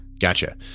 Gotcha